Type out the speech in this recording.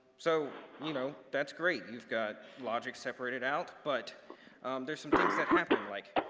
so you know that's great. you've got logic separated out, but there's some things that happen like,